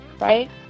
right